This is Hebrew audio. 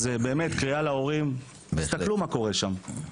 באמת קריאה להורים: תסתכלו מה קורה שם,